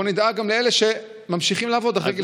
בוא נדאג גם לאלה שממשיכים לעבוד אחרי גיל